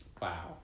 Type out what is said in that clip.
Wow